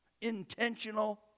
intentional